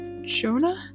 Jonah